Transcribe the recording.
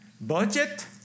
Budget